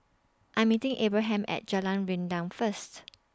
I'm meeting Abraham At Jalan Rendang First